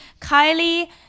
Kylie